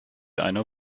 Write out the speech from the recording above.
einer